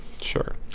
Sure